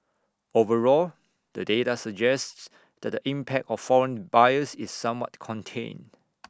overall the data suggests that the impact of foreign buyers is somewhat contained